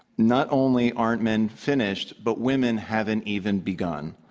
not only aren't men finished, but women haven't even begun.